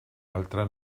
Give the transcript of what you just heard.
altre